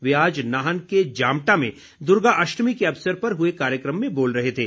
वे आज नाहन के जमटा में दुर्गा अष्टमी के अवसर पर हुए कार्यक्रम में बोल रहे थे